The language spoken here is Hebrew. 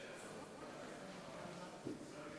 תודה רבה לך, אדוני היושב-ראש.